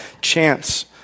chance